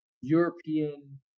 European